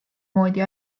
moodi